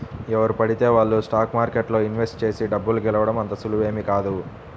ఎవరు పడితే వాళ్ళు స్టాక్ మార్కెట్లో ఇన్వెస్ట్ చేసి డబ్బు గెలవడం అంత సులువేమీ కాదు